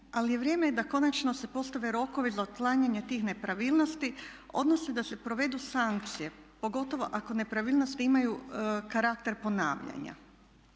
ali vrijeme je da konačno se postave rokovi za otklanjanje tih nepravilnosti odnosno da se provedu sankcije pogotovo ako nepravilnosti imaju karakter ponavljanja.